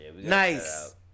Nice